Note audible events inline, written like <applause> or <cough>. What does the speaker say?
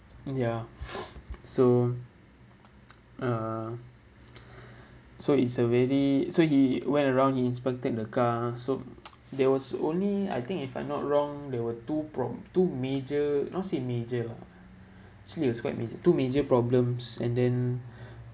ya <noise> so uh so it's already so he went around he inspected the car so there was only I think if I'm not wrong there were two pro~ M two major not say major lah skin you scrape is it two major problems and then <breath>